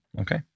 okay